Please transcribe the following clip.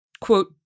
quote